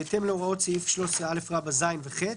בהתאם להוראות סעיף 13א(ז) ו-(ח),